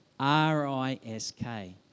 R-I-S-K